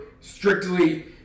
strictly